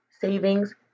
savings